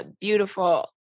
Beautiful